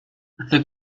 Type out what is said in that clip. the